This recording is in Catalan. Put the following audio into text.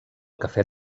cafè